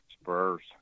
Spurs